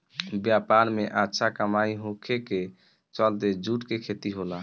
व्यापार में अच्छा कमाई होखे के चलते जूट के खेती होला